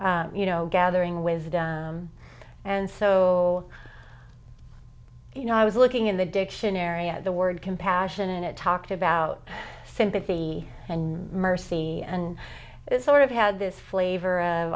you know gathering wisdom and so you know i was looking in the dictionary at the word compassion and it talked about sympathy and mercy and it sort of had this flavor